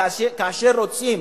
כאשר רוצים